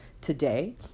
today